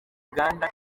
uganda